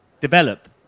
develop